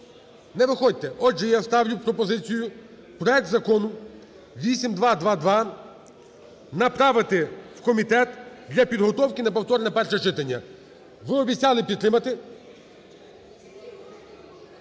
Не виходьте. Отже, я ставлю пропозицію проект Закону 8222 направити в комітет для підготовки на повторне перше читання. Ви обіцяли підтримати.